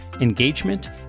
engagement